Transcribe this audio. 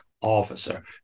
officer